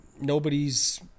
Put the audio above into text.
nobody's